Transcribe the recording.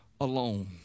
alone